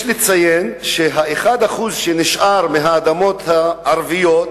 יש לציין שה-1% שנשאר מהאדמות הערביות,